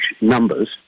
numbers